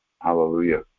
Hallelujah